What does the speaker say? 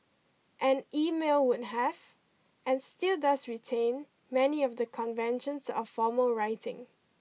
and email would have and still does retain many of the conventions of formal writing